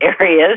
areas